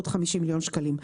עוד 50 מיליון שקלים.